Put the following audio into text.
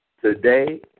Today